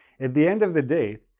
at the end of the day,